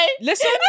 Listen